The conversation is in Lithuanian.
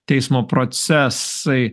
teismo procesai